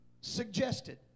suggested